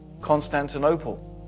Constantinople